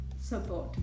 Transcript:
support